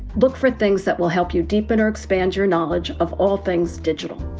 look for things that will help you deepen or expand your knowledge of all things digital